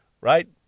Right